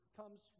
comes